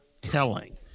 telling